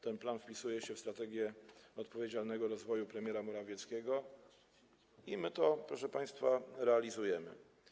Ten plan wpisuje się w strategię na rzecz odpowiedzialnego rozwoju premiera Morawieckiego i my to, proszę państwa, realizujemy.